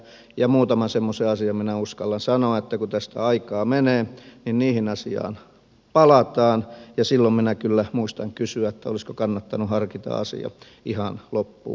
ja muutaman semmoisen asian minä uskallan sanoa että kun tästä aikaa menee niin niihin asioihin palataan ja silloin minä kyllä muistan kysyä olisiko kannattanut harkita asia ihan loppuun asti